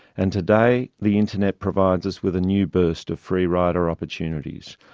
and today the internet provides us with a new burst of free-rider opportunities.